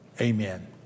amen